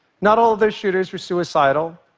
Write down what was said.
not all of those shooters were suicidal,